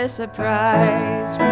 surprise